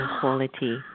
quality